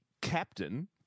captain